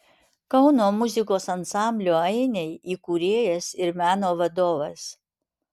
kauno muzikos ansamblio ainiai įkūrėjas ir meno vadovas